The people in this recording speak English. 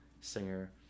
singer